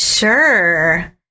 Sure